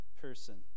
person